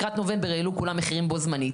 לקראת נובמבר העלו כולם מחירים בו-זמנית,